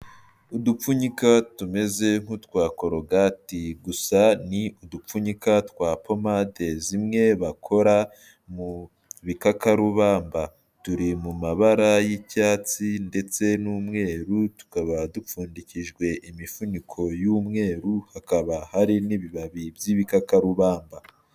Udupfunyika tumeze nk'utwakorogati, gusa ni udupfunyika twa pomade, zimwe bakora mu bikakarubamba, turi mu mabara y'icyatsi ndetse n'umweru, tukaba dupfundikijwe imifuniko y'umweru, hakaba hari n'ibibabi by'ibikakarubamba.